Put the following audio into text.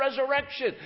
resurrection